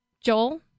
Joel